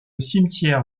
cimetière